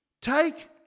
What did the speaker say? Take